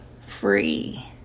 free